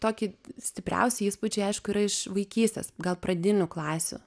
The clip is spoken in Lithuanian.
toki stipriausi įspūdžiai aišku yra iš vaikystės gal pradinių klasių